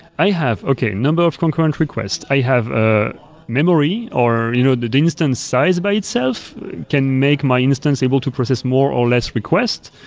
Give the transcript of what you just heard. i have, okay, a number of concurrent request. i have ah memory, or you know the instance size by itself can make my instance able to process more or less request.